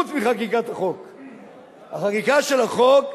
וגם החבר'ה של ש"ס,